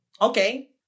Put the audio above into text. Okay